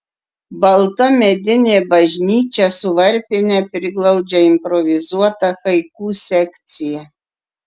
balta medinė bažnyčia su varpine priglaudžia improvizuotą haiku sekciją